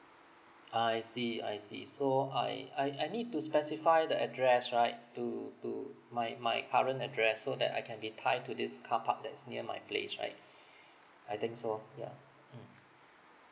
I see I see so I I I need to specify the address right to to my my current address so that I can be tie to this car park that's near my place right I think so yeah mm